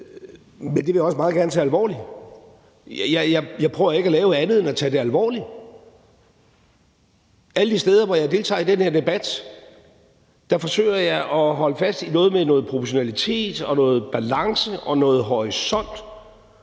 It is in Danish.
Men det vil jeg også meget gerne tage alvorligt. Jeg prøver ikke at lave andet end at tage det alvorligt. Alle de steder, hvor jeg deltager i den her debat, forsøger jeg at holde fast i noget med noget proportionalitet og noget balance og noget horisont